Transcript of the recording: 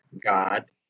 God